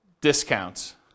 discounts